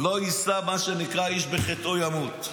לא יישא, "איש בחטאו ימות".